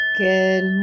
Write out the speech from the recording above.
Good